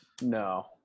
No